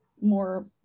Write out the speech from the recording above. more